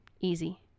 Easy